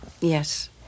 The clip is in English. Yes